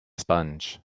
sponge